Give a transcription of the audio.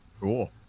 Cool